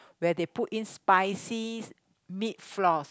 where they put in spicy meat floss